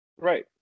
Right